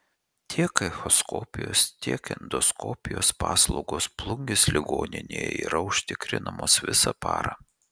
tiek echoskopijos tiek endoskopijos paslaugos plungės ligoninėje yra užtikrinamos visą parą